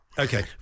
Okay